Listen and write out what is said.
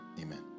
Amen